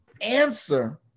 answer